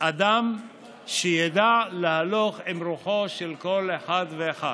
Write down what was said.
אדם שידע להלוך עם רוחו של כל אחד ואחד.